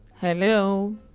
Hello